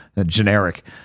generic